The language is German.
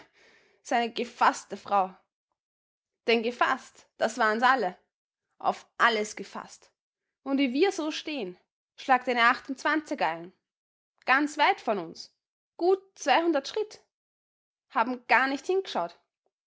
seine gefaßte frau denn gefaßt das waren's alle auf alles gefaßt und wie wir so steh'n schlagt eine achtundzwanziger ein ganz weit von uns gut zweihundert schritt haben gar nicht hing'schaut